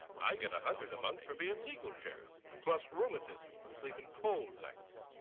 i get a hundred a month for being legal sheriff. plus rheumatism from sleeping cold nights.